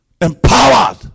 Empowered